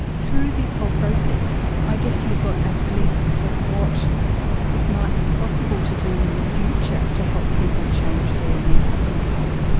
through this whole process i guess you've got a glimpse of what it might be possible to do in the future to help people change their mental control.